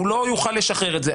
הוא לא יוכל לשחרר את זה.